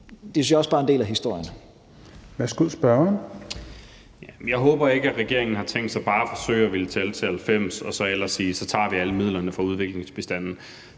Værsgo, spørgeren. Kl. 16:14 Carl Valentin (SF): Jeg håber ikke, at regeringen har tænkt sig bare at forsøge at ville tælle til 90 og så ellers sige: Så tager vi alle midlerne fra udviklingsbistanden